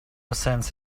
sense